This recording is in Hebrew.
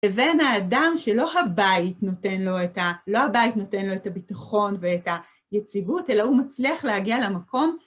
לבין האדם שלא הבית נותן לו את ה- לא הבית נותן לו את הביטחון ואת היציבות, אלא הוא מצליח להגיע למקום...